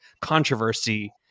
controversy